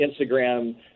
Instagram